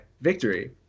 victory